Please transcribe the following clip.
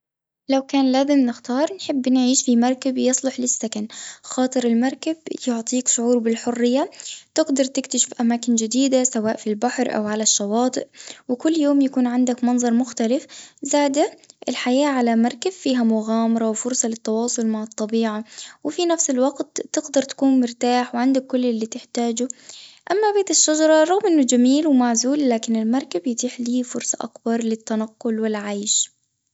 لو كان لازم نختار نحب نعيش في مركب يصلح للسكن، خاطر المركب يعطيك شعور بالحرية تقدر تكتشف أماكن جديدة سواء في البحر أو على الشواطئ وكل يوم يكون عندك منظر مختلف، زادة الحياة على مركب فيها مغامرة وفرصة للتواصل مع الطبيعة، وفي نفس الوقت تقدر تكون مرتاح وعندك كل اللي تحتاجه، أما بيت الشجرة رغم إنه جميل ومعزول، لكن المركب يتيح لي فرصة أكبر للتنقل والعيش.